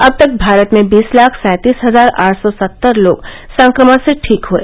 अब तक भारत में बीस लाख सैंतीस हजार आठ सौ सत्तर लोग संक्रमण से ठीक हए